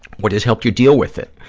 what has helped you deal with it?